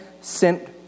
sent